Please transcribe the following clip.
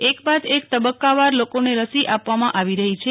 એક બાદ એક તબક્કાવાર લોકોને રસી આપવામાં આવી રહી છે